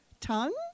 tongue